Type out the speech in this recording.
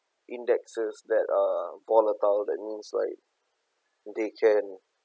indexes that uh volatile that means like they can